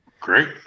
Great